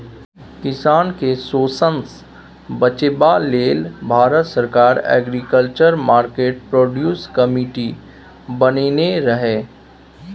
किसान केँ शोषणसँ बचेबा लेल भारत सरकार एग्रीकल्चर मार्केट प्रोड्यूस कमिटी बनेने रहय